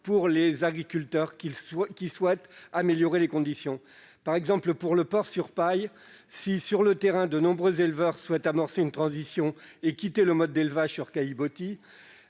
pour les agriculteurs qui souhaitent améliorer les conditions d'élevage. Par exemple, pour le porc sur paille, si, sur le terrain, de nombreux éleveurs souhaitent amorcer une transition et quitter le mode d'élevage sur caillebotis,